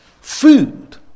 Food